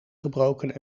gebroken